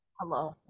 hello